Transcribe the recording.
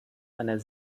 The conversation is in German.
einer